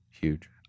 huge